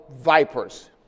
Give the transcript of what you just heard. vipers